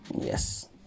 yes